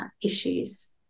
issues